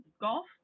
Golf